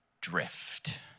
Drift